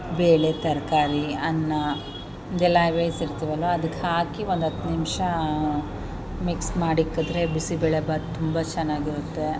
ಬೇಳೆ ತರಕಾರಿ ಅನ್ನ ಇದೆಲ್ಲ ಬೇಯಿಸಿರ್ತೀವಲ್ವ ಅದಕ್ಕೆ ಹಾಕಿ ಒಂದು ಹತ್ತು ನಿಮಿಷ ಮಿಕ್ಸ್ ಮಾಡಿಟ್ಟಿದ್ರೆ ಬಿಸಿಬೇಳೆ ಬಾತ್ ತುಂಬ ಚೆನ್ನಾಗಿರುತ್ತೆ